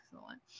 excellent